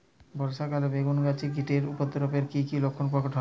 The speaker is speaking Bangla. বর্ষা কালে বেগুন গাছে কীটের উপদ্রবে এর কী কী লক্ষণ প্রকট হয়?